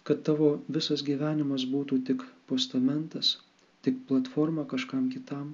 kad tavo visas gyvenimas būtų tik postamentas tik platforma kažkam kitam